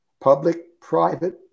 Public-private